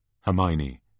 Hermione